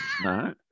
No